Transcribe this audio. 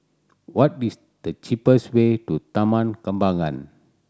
what is the cheapest way to Taman Kembangan